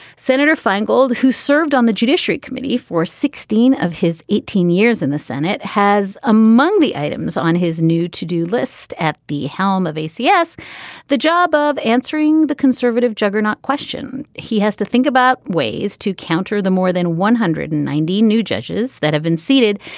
senator feingold, who served on the judiciary committee for sixteen of his eighteen years in the senate, has among the items on his new to do list at the helm of acars. so the job of answering the conservative juggernaut question, he has to think about ways to counter the more than one hundred and ninety new judges that have been seated,